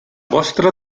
vostra